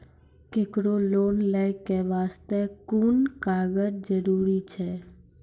केकरो लोन लै के बास्ते कुन कागज जरूरी छै?